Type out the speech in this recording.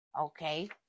okay